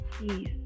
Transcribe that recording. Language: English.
peace